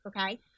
okay